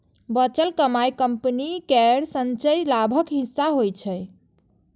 बचल कमाइ कंपनी केर संचयी लाभक हिस्सा होइ छै